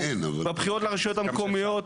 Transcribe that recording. בבחירות לרשויות המקומיות,